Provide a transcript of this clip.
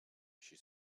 she